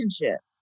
relationship